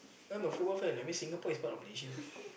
not a football fan I mean Singapore is part of Malaysia what